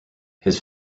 his